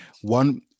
One